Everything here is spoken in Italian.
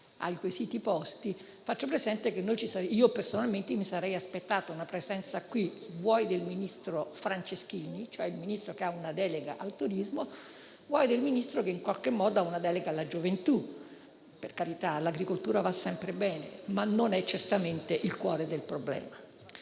faccio presente che personalmente mi sarei aspettata la presenza del ministro Franceschini, cioè del Ministro che ha una delega al turismo, o del Ministro che in qualche modo ha una delega alla gioventù. Per carità, l'agricoltura va sempre bene, ma non è certamente il cuore del problema.